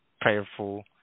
prayerful